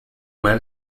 men